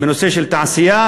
בנושא של תעשייה,